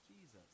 Jesus